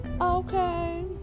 okay